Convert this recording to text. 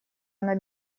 она